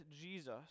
Jesus